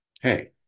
hey